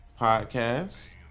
Podcast